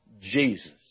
Jesus